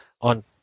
on